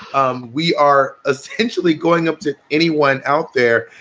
um we are essentially going up to anyone out there.